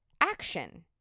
action